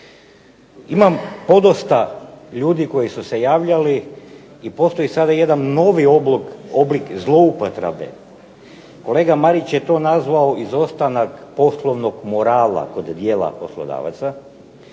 Imam podosta ljudi koji su javljali i postoji sada jedan novi oblik zloupotrebe. Kolega Marić je to nazvao izostanak poslovnog morala kod dijela poslodavaca